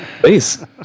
please